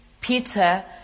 Peter